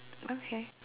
okay